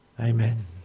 Amen